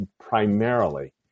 primarily